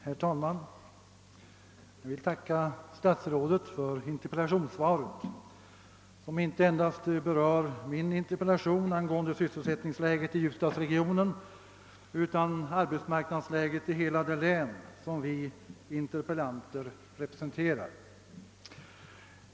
Herr talman! Jag vill tacka statsrådet för svaret som inte endast berör min interpellation angående sysselsättningsläget i Ljusdalsregionen utan arbetsmarknadsläget i hela det län som vi interpellanter representerar.